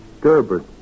Gerber